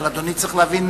אבל אדוני צריך להבין,